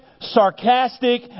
sarcastic